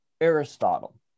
Aristotle